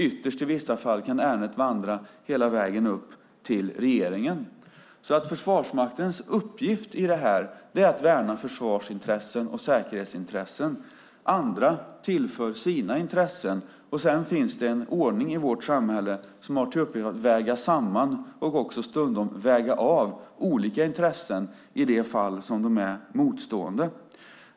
Ytterst, i vissa fall, kan ärendet vandra hela vägen upp till regeringen. Försvarsmaktens uppgift i detta är alltså att värna försvarsintressen och säkerhetsintressen. Andra tillför sina intressen, och sedan finns det en ordning i vårt samhälle som har till uppgift att väga samman och stundom också väga av olika intressen i de fall dessa är motstående.